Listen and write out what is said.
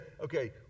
okay